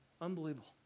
unbelievable